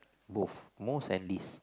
both most and least